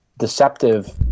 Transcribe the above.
deceptive